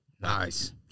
Nice